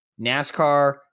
NASCAR